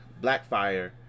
Blackfire